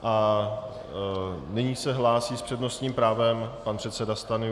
A nyní se hlásí s přednostním právem pan předseda Stanjura.